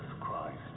Christ